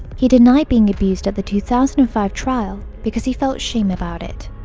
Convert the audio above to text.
he denied being abused at the two thousand and five trial because he felt shame about it.